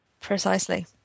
precisely